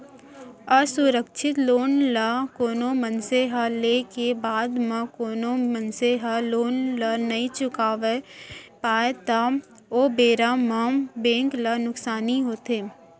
असुरक्छित लोन ल कोनो मनसे ह लेय के बाद म कोनो मनसे ह लोन ल नइ चुकावय पावय त ओ बेरा म बेंक ल नुकसानी होथे